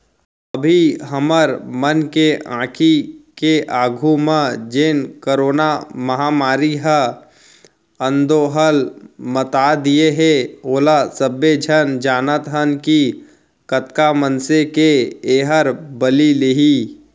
अभी हमर मन के आंखी के आघू म जेन करोना महामारी ह अंदोहल मता दिये हे ओला सबे झन जानत हन कि कतका मनसे के एहर बली लेही